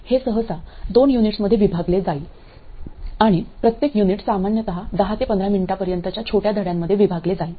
हे सहसा 2 युनिट्समध्ये विभागले जाईल आणि प्रत्येक युनिट सामान्यत दहा ते पंधरा मिनिटांपर्यंतच्या छोट्या धड्यांमध्ये विभागले जाईल